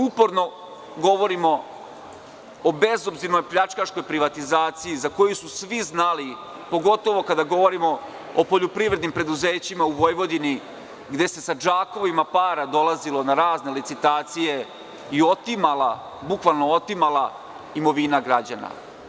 Uporno govorimo o bezobzirnoj pljačkaškoj privatizaciji za koju su svi znali, pogotovo kada govorimo o poljoprivrednim preduzećima u Vojvodini, gde se sa džakovima para dolazilo na razne licitacije i otimala imovina građana.